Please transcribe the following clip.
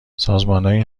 سازمانهایی